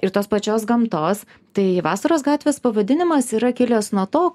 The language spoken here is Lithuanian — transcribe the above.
ir tos pačios gamtos tai vasaros gatvės pavadinimas yra kilęs nuo to